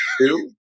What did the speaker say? two